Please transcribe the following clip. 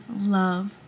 love